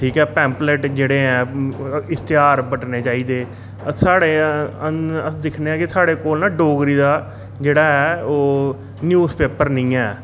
ठीक ऐ पेम्पलेट जेह्ड़े हैन इश्तेहार बंटने चाहिदे साढ़े अस दिक्खने आं कि साढ़े कोल डोगरी दा जेह्ड़ा ऐ ओह् न्यूज़ पेपर निं ऐ